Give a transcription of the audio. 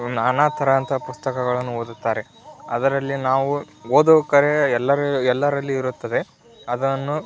ನಾನಾ ಥರ ಅಂಥ ಪುಸ್ತಕಗಳನ್ನು ಓದುತ್ತಾರೆ ಅದರಲ್ಲಿ ನಾವು ಓದುವ ಕಲೆ ಎಲ್ಲರ ಎಲ್ಲರಲ್ಲಿ ಇರುತ್ತದೆ ಅದನ್ನು